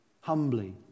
humbly